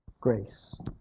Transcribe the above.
grace